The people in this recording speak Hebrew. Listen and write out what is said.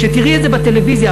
כשתראי את זה בטלוויזיה,